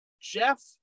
Jeff